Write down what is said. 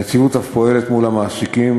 הנציבות אף פועלת מול המעסיקים,